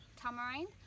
tamarind